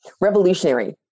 revolutionary